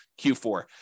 Q4